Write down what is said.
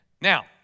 Now